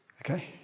Okay